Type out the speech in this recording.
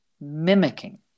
mimicking